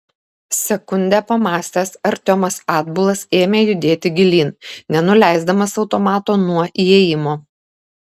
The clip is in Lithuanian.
sekundę pamąstęs artiomas atbulas ėmė judėti gilyn nenuleisdamas automato nuo įėjimo